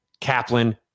Kaplan